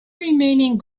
remaining